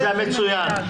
זה המצוין.